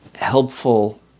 helpful